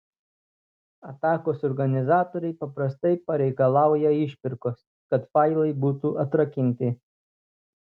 atakos organizatoriai paprastai pareikalauja išpirkos kad failai būtų atrakinti